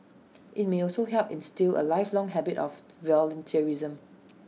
IT may also help instil A lifelong habit of volunteerism